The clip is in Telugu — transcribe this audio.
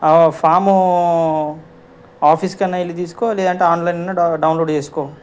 ఫాము ఆఫీస్కైనా వెళ్ళి తీసుకో లేదంటే ఆన్లైన్ డౌన్లోడ్ చేసుకో